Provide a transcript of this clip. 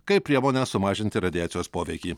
kaip priemonę sumažinti radiacijos poveikį